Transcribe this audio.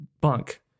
bunk